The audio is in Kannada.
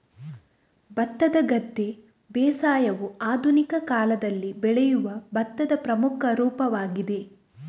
ಭತ್ತದ ಗದ್ದೆ ಬೇಸಾಯವು ಆಧುನಿಕ ಕಾಲದಲ್ಲಿ ಬೆಳೆಯುವ ಭತ್ತದ ಪ್ರಮುಖ ರೂಪವಾಗಿದೆ